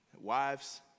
Wives